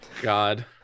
god